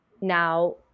now